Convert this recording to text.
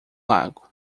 lago